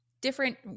different